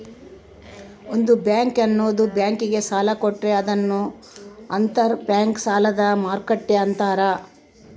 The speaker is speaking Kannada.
ಒಂದು ಬ್ಯಾಂಕು ಇನ್ನೊಂದ್ ಬ್ಯಾಂಕಿಗೆ ಸಾಲ ಕೊಟ್ರೆ ಅದನ್ನ ಅಂತರ್ ಬ್ಯಾಂಕ್ ಸಾಲದ ಮರುಕ್ಕಟ್ಟೆ ಅಂತಾರೆ